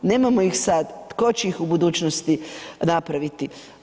Nemamo ih sad, tko će ih u budućnosti napraviti?